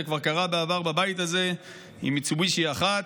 זה כבר קרה בעבר בבית הזה עם מיצובישי אחת,